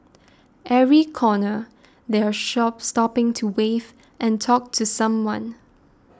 every corner they are shop stopping to wave and talk to someone